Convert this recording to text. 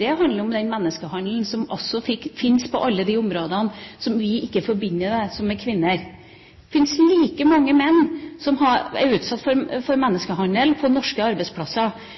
handler om den menneskehandelen som også fins på alle de områdene som vi ikke forbinder med kvinner. Det fins like mange menn som er utsatt for menneskehandel på norske arbeidsplasser